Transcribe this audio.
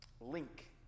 link